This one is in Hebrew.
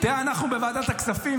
אנחנו בוועדת הכספים,